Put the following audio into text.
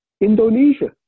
Indonesia